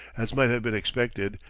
as might have been expected,